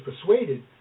persuaded